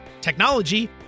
technology